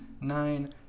nine